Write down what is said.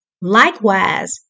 likewise